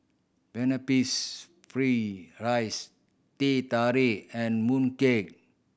pineapples fried rice Teh Tarik and mooncake